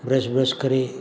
brush व्रश करे